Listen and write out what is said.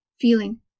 Feeling